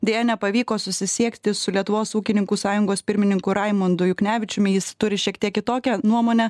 deja nepavyko susisiekti su lietuvos ūkininkų sąjungos pirmininku raimundu juknevičiumi jis turi šiek tiek kitokią nuomonę